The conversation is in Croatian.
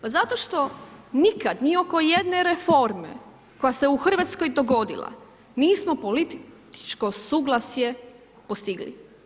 Pa zato što nikad, ni oko jedne reforme koja se u Hrvatskoj dogodila nismo političko suglasje postigli.